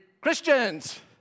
Christians